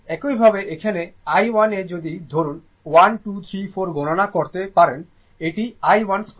একইভাবে এখানে i1 এ যদি ধরুন 1 2 3 4 গণনা করতে পারেন এটি i1 2